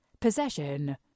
Possession